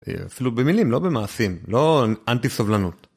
אפילו במילים, לא במעשים, לא אנטי סובלנות.